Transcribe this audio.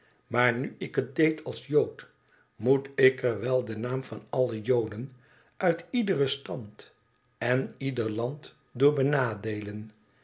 maar nu ik het deed als jood moest ik er wel den naam van alle joden uit lederen stand en ieder land door benadeelen